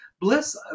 Bliss